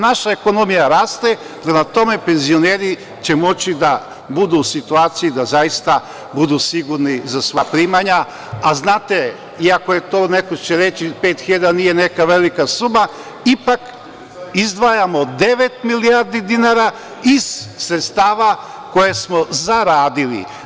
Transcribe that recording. Naša ekonomija raste, prema tome penzioneri će moći da budu u situaciji da zaista budu sigurni za svoja primanja, a znate, iako će neko reći to da pet hiljada nije neka velika suma, ipak izdvajamo devet milijardi dinara iz sredstava koje smo zaradili.